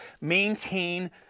maintain